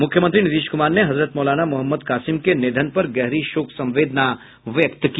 मुख्यमंत्री नीतीश कुमार ने हजरत मौलाना मोहम्मद कासिम के निधन पर गहरी शोक संवेदना व्यक्त की